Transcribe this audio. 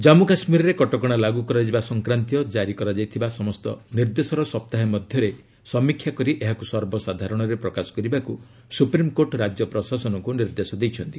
ଜାମ୍ମୁ କାଶ୍ମୀରରେ କଟକଣା ଲାଗୁ କରାଯିବା ସଂକ୍ରାନ୍ତୀୟ ଜାରି କରାଯାଇଥିବା ସମସ୍ତ ନିର୍ଦ୍ଦେଶର ସପ୍ତାହେ ମଧ୍ୟରେ ସମୀକ୍ଷା କରି ଏହାକୁ ସର୍ବସାଧାରଣରେ ପ୍ରକାଶ କରିବାକୁ ସୁପ୍ରିମ୍କୋର୍ଟ ରାଜ୍ୟ ପ୍ରଶାସନକୁ ନିର୍ଦ୍ଦେଶ ଦେଇଛନ୍ତି